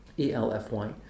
E-L-F-Y